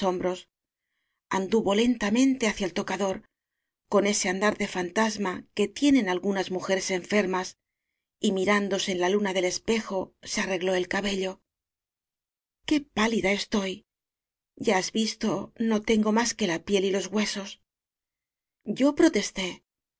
anduvo lentamente hacia el toca dor con ese andar de fantasma que tienen algunas mujeres enfermas y mirándose en la luna del espejo se arregló el cabello qué pálida estoy ya has visto no ten go más que la piel y los huesos yo protesté no